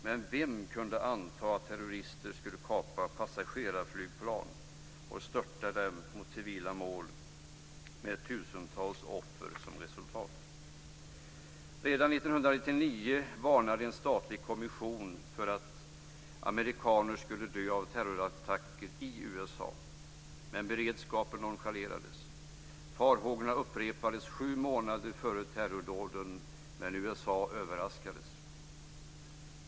Men vem kunde anta att terrorister skulle kapa passagerarflygplan och störta dem mot civila mål med tusentals offer som resultat? Redan 1999 varnade en statlig kommission för att amerikaner skulle dö av terrorattacker i USA. Beredskapen nonchalerades. Farhågorna upprepades sju månader före terrordåden, men USA överraskades.